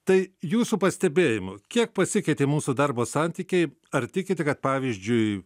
tai jūsų pastebėjimu kiek pasikeitė mūsų darbo santykiai ar tikite kad pavyzdžiui